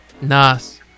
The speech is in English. nice